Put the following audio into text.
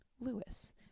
Lewis